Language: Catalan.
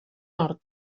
nord